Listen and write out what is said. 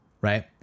right